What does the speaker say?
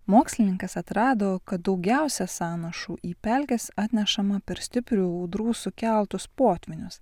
mokslininkas atrado kad daugiausiai sąnašų į pelkes atnešama per stiprių audrų sukeltus potvynius